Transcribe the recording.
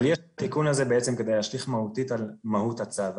אבל יש בתיקון הזה בעצם כדי להשליך מהותית על מהות הצו.